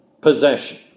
possession